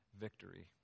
victory